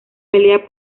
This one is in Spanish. pelea